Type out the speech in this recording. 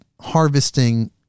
harvesting